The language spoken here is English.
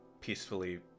peacefully